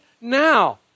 now